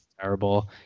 terrible